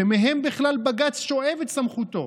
שמהם בכלל בג"ץ שואב את סמכותו.